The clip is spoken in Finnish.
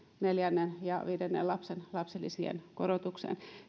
neljännen ja viidennen lapsen lapsilisien korotukseen